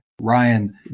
Ryan